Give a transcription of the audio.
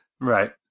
Right